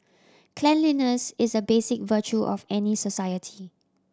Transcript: cleanliness is a basic virtue of any society